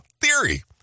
theory